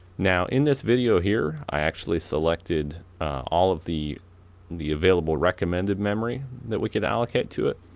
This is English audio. now in this video here i actually selected all of the the available recommended memory that we could allocate to it,